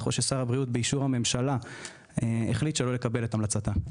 או ששר הבריאות באישור הממשלה החליט שלא לקבל את המלצתה.